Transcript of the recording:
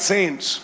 Saints